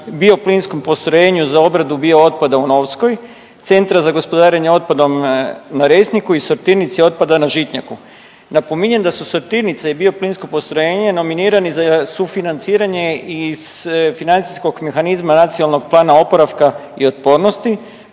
Bioplinskom postrojenju za obradu biootpada u Novskoj, Centra za gospodarenje otpadom na Resniku i Sortirnici otpada na Žitnjaku. Napominjem da su sortirnice i bioplinsko postrojenje nominirani za sufinanciranje iz Financijskog mehanizma NPOO-a te da za ova dva projekta